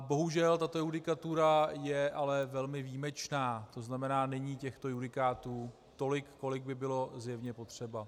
Bohužel tato judikatura je ale velmi výjimečná, tzn. není těchto judikátů tolik, kolik by bylo zjevně potřeba.